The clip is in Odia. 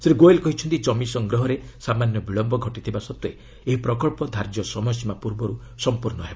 ଶ୍ରୀ ଗୋୟଲ୍ କହିଛନ୍ତି ଜମି ସଂଗ୍ରହରେ ସାମାନ୍ୟ ବିଳମ୍ଘ ଘଟିଥିବା ସତ୍ତ୍ୱେ ଏହି ପ୍ରକଳ୍ପ ଧାର୍ଯ୍ୟ ସମୟ ସୀମା ପୂର୍ବରୁ ସମ୍ପର୍ଶ୍ଣ ହେବ